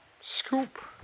Scoop